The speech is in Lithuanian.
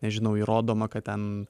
nežinau įrodoma kad ten